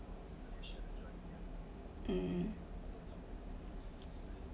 um